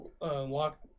Lock